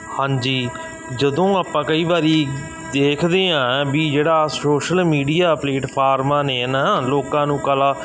ਹਾਂਜੀ ਜਦੋਂ ਆਪਾਂ ਕਈ ਵਾਰ ਦੇਖਦੇ ਹਾਂ ਵੀ ਜਿਹੜਾ ਸੋਸ਼ਲ ਮੀਡੀਆ ਪਲੇਟਫਾਰਮਾਂ ਨੇ ਨਾ ਲੋਕਾਂ ਨੂੰ ਕਲਾ